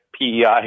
PEI